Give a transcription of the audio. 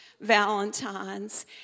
Valentine's